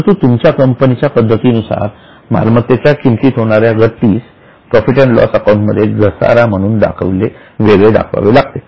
परंतु तुमच्या कंपनीच्या पद्धतीनुसार मालमत्तेच्या किमतीती होणाऱ्या घटास प्रॉफिट अँड लॉस अकाउंट मध्ये घसारा म्हणून वेगळे दाखवावे लागते